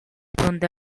donde